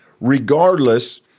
Regardless